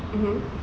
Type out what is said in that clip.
mmhmm